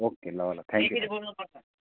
okay ल ल thank you